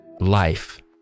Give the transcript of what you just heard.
life